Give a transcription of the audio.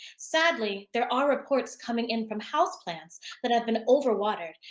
sadly, there are reports coming in from houseplants that have been overwatered,